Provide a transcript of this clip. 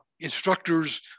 instructors